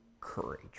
courage